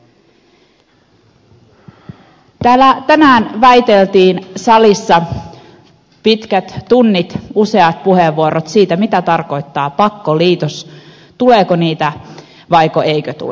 täällä tänään väiteltiin salissa pitkät tunnit useat puheenvuorot siitä mitä tarkoittaa pakkoliitos tuleeko niitä vai eikö tule